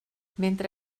mentre